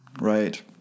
Right